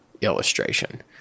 illustration